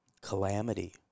calamity